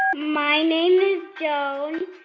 my name is joan,